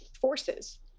forces